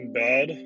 bad